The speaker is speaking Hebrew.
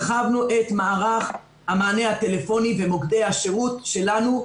הרחבנו את מערך המענה הטלפוני ומוקדי השירות שלנו.